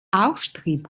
auftrieb